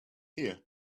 here